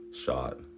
shot